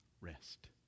rest